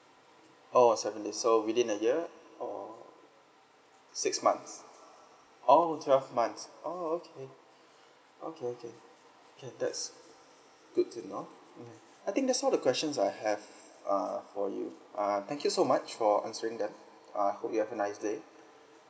oh seven days so within a year or six months orh twelve months orh okay okay okay okay that's good to know mm I think that's all the questions I have uh for you uh thank you so much for answering that uh hope you have a nice day